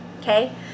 okay